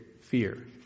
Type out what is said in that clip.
fear